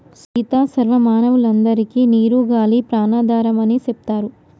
సీత సర్వ మానవులందరికే నీరు గాలి ప్రాణాధారం అని సెప్తారు